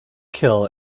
kill